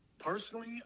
personally